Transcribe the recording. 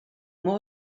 more